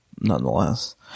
nonetheless